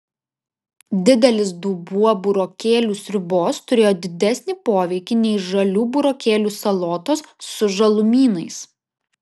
didelis dubuo burokėlių sriubos turėjo didesnį poveikį nei žalių burokėlių salotos su žalumynais